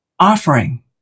Offering